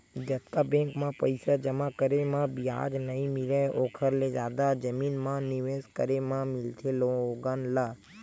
जतका बेंक म पइसा जमा करे म बियाज नइ मिलय ओखर ले जादा जमीन म निवेस करे म मिलथे लोगन ल